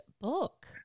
book